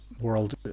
world